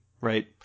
right